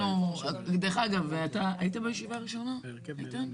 דרך אגב, אתה היית בישיבה הראשונה איתן?